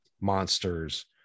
monsters